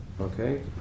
Okay